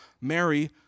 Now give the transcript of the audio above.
Mary